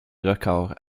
records